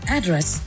Address